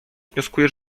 wnioskuję